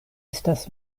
estas